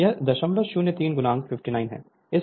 तो यह 003 59 है